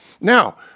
Now